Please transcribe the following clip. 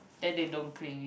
then they don't clean it